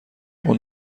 اون